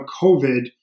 COVID